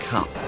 Cup